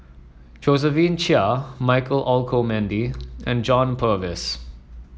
Josephine Chia Michael Olcomendy and John Purvis